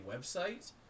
website